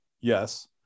yes